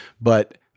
But-